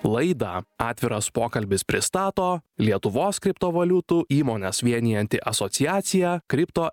laida atviras pokalbis pristato lietuvos kriptovaliutų įmones vienijanti asociacija kripto